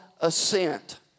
assent